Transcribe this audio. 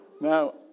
Now